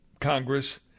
Congress